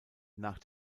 nach